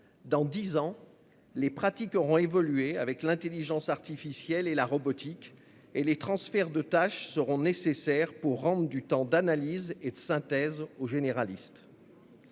Dans dix ans, les pratiques auront évolué sous les effets de l'intelligence artificielle et de la robotique. Les transferts de tâches seront nécessaires pour redonner du temps d'analyse et de synthèse aux généralistes.